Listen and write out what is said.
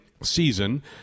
season